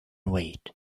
wait